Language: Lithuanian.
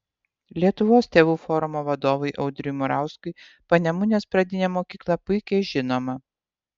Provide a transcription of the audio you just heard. lietuvos tėvų forumo vadovui audriui murauskui panemunės pradinė mokykla puikiai žinoma